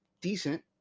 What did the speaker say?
decent